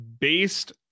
based